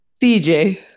dj